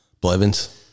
Blevins